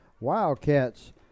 wildcats